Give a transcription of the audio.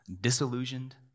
disillusioned